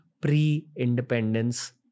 pre-independence